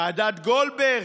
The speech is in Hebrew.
ועדת גולדברג,